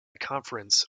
conference